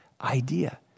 idea